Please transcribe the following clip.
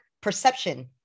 perception